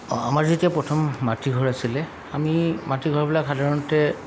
অঁ আমাৰ যেতিয়া প্ৰথম মাটি ঘৰ আছিলে আমি মাটি ঘৰবিলাক সাধাৰণতে